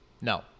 No